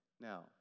Now